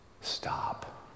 stop